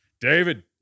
David